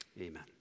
Amen